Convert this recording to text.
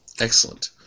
Excellent